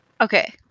Okay